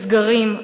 בסגרים,